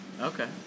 Okay